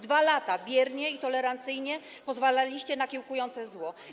2 lata biernie i tolerancyjnie pozwalaliście na kiełkujące zło.